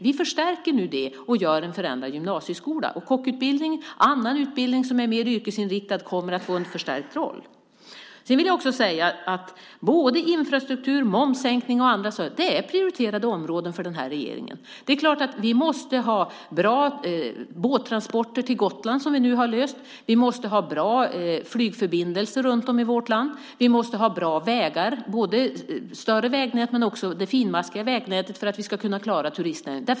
Vi förstärker den nu och gör en förändrad gymnasieskola. Kockutbildning och annan utbildning som är mer yrkesinriktad kommer att få en förstärkt roll. Sedan vill jag också säga att infrastruktur, momssänkning och annat sådant är prioriterade områden för den här regeringen. Vi måste ha bra båttransporter till Gotland, som vi nu har löst. Vi måste ha bra flygförbindelser runt om i vårt land. Vi måste ha bra vägar, både det större vägnätet men också det finmaskiga vägnätet, för att vi ska kunna klara turistnäringen.